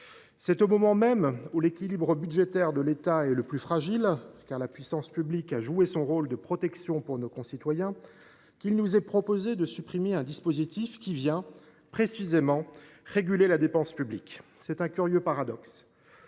c’est au moment même où l’équilibre budgétaire de l’État est le plus fragile, car la puissance publique a joué son rôle de protection pour nos concitoyens, qu’il nous est proposé de supprimer un dispositif qui vient, précisément, réguler la dépense publique. C’est un curieux paradoxe.